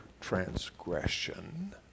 transgression